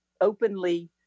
openly